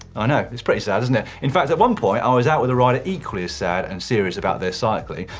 i know, it's pretty sad isn't it? in fact at one point, i was out with a rider equally as sad and serious about their cycling,